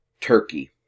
Turkey